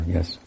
Yes